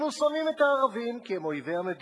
אנחנו שונאים את הערבים, כי הם אויבי המדינה,